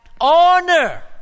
Honor